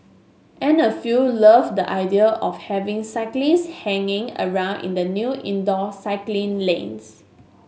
and a few loved the idea of having cyclist hanging around in the new indoor cycling lanes